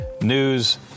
news